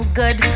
good